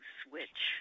switch